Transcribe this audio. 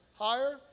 higher